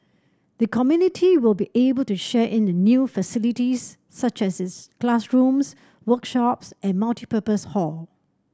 the community will be able to share in the new facilities such as its classrooms workshops and multipurpose hall